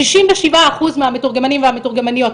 ששים ושבעה אחוז מהמתורגמנים והמתורגמניות,